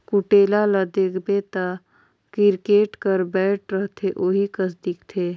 कुटेला ल देखबे ता किरकेट कर बैट रहथे ओही कस दिखथे